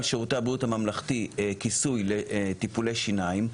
שירותי הבריאות הממלכתי כיסוי לטיפולי שיניים,